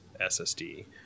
SSD